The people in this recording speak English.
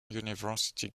university